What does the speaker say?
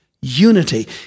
unity